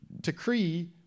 decree